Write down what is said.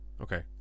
okay